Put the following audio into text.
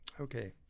Okay